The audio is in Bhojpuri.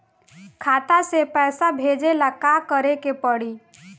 खाता से पैसा भेजे ला का करे के पड़ी?